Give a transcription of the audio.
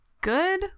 Good